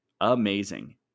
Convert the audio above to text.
amazing